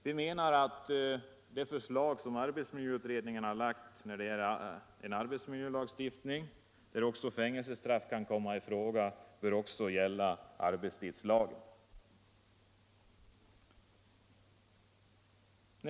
Vi menar att det förslag till arbetsmiljölagstiftning som arbetsmiljöutredningen har framlagt och där även fängelsestraff kan komma i fråga också bör gälla arbetstidslagen.